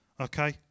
okay